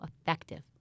effective